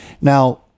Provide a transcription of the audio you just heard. Now